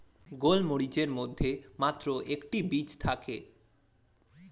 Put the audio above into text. গোলমরিচের মধ্যে মাত্র একটি বীজ থাকে